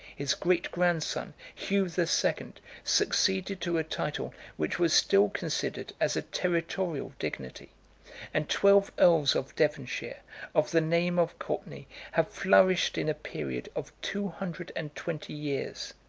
his great-grandson, hugh the second, succeeded to a title which was still considered as a territorial dignity and twelve earls of devonshire, of the name of courtenay, have flourished in a period of two hundred and twenty years.